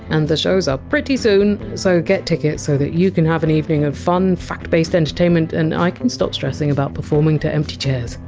and the shows are pretty soon, so get tickets so that you can have an evening of fun fact-based entertainment, and i can stop stressing about performing to empty chairs.